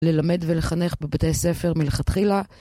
ללמד ולחנך בבתי ספר מלכתחילה.